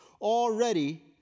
Already